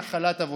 נחלת אבותינו.